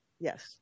Yes